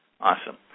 Awesome